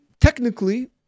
technically